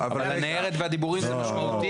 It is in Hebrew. אבל הניירת והדיבורים זה משמעותי.